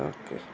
okay